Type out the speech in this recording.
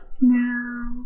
No